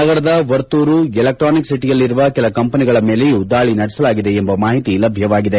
ನಗರದ ವರ್ತೂರು ಎಲೆಕ್ವಾನಿಕ್ ಸಿಟಿಯಲ್ಲಿರುವ ಕೆಲ ಕಂಪನಿಗಳ ಮೇಲೆಯೂ ದಾಳಿ ನಡೆಸಲಾಗಿದೆ ಎಂಬ ಮಾಹಿತಿ ಲಭ್ಯವಾಗಿದೆ